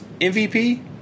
MVP